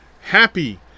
happy